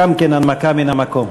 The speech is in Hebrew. גם כן הנמקה מן המקום.